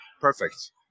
Perfect